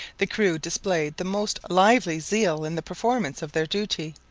the crew displayed the most lively zeal in the performance of their duty,